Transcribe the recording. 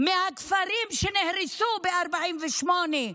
מהכפרים שנהרסו ב-48',